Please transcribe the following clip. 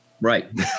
Right